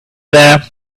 there